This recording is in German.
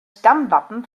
stammwappen